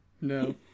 No